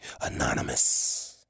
anonymous